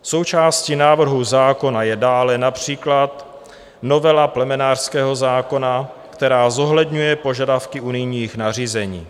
Součástí návrhu zákona je dále například novela plemenářského zákona, která zohledňuje požadavky unijních nařízení.